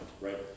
right